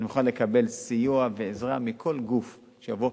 אני מוכן לקבל סיוע ועזרה מכל גוף שיבוא.